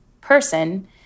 person